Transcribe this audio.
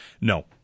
No